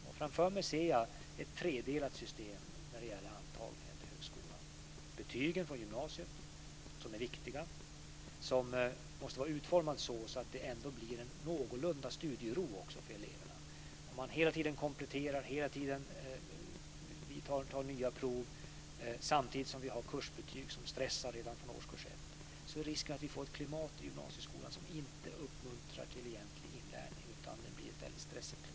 Jag ser framför mig ett tredelat system för antagningen till högskolan: För det första är betygen från gymnasiet viktiga och måste vara utformade så att de ger eleverna en någorlunda god studiero. Om man hela tiden kompletterar och genomför nya prov samtidigt som vi har kursbetyg som stressar redan från årskurs 1, är det risk för att vi i gymnasieskolan får ett klimat som inte uppmuntrar till egentlig inlärning utan det blir väldigt pressat.